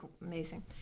amazing